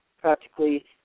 practically